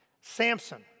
Samson